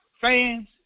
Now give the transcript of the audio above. fans